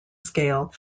scale